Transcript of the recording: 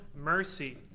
mercy